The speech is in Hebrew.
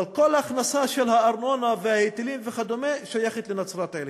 אבל כל ההכנסה של הארנונה וההיטלים וכדומה שייכת לנצרת-עילית.